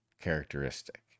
characteristic